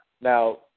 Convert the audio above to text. Now